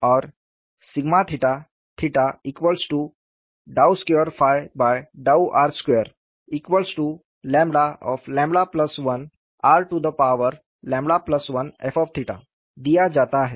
और ∂2∂r21r1f दिया जाता है